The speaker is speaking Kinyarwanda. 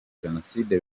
jenoside